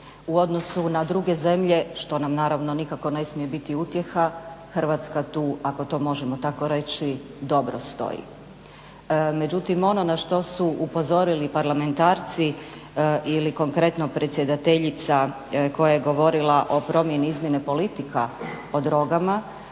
u odnosu na druge zemlje što nam naravno nikako ne smije biti utjeha Hrvatska tu ako to možemo tako reći dobro stoji. Međutim ono na što su upozorili parlamentarci ili konkretno predsjedateljica koja je govorila o promjeni izmjene politika o drogama,